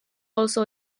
also